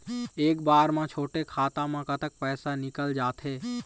एक बार म छोटे खाता म कतक पैसा निकल जाथे?